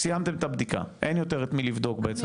סיימתם את הבדיקה, אין יותר את מי לבדוק, בעצם.